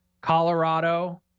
Colorado